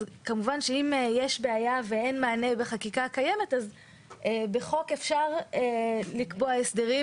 כמובן אם יש בעיה ואין מענה בחקיקה הקיימת אז בחוק אפשר לקבוע הסדרים